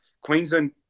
Queensland